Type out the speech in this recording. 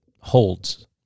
holds